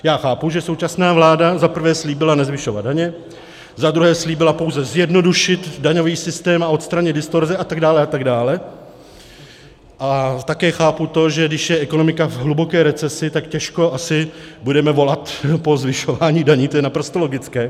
Já chápu, že současná vláda za prvé slíbila nezvyšovat daně, za druhé slíbila pouze zjednodušit daňový systém a odstranit distorze atd. atd., a také chápu to, že když je ekonomika v hluboké recesi, tak těžko asi budeme volat po zvyšování daní, to je naprosto logické.